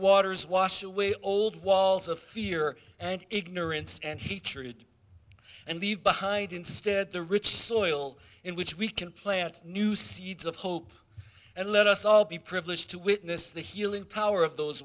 waters washed away old walls of fear and ignorance and he treated and leave behind instead the rich soil in which we can plant new seeds of hope and let us all be privileged to witness the healing power of those